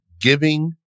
giving